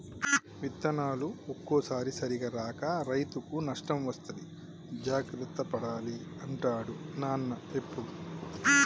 విత్తనాలు ఒక్కోసారి సరిగా రాక రైతుకు నష్టం వస్తది జాగ్రత్త పడాలి అంటాడు నాన్న ఎప్పుడు